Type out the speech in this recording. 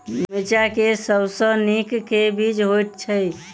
मिर्चा मे सबसँ नीक केँ बीज होइत छै?